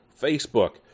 Facebook